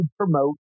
promote